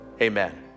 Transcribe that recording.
Amen